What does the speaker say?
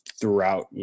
throughout